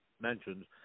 mentioned